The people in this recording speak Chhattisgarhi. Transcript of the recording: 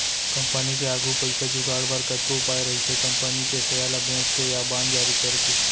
कंपनी के आघू पइसा जुगाड़ बर कतको उपाय रहिथे कंपनी के सेयर ल बेंच के या बांड जारी करके